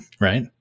right